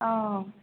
অঁ